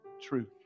truth